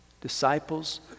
Disciples